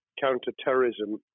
counter-terrorism